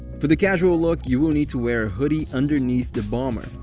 for the casual look, you will need to wear a hoodie underneath the bomber.